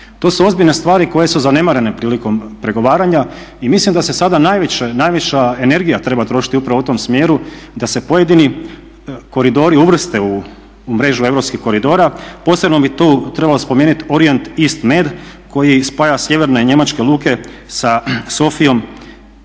To su ozbiljne stvari koje su zanemarene prilikom pregovaranja i mislim da se sada najviše energija treba trošiti u tom smjeru da se pojedini koridori uvrste u mrežu europskih koridora, posebno bi tu trebalo spomenuti Orient east … koji spaja sjeverne njemačke luke sa Sofiom